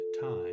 time